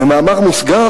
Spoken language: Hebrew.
במאמר מוסגר,